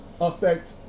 affect